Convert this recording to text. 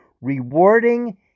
rewarding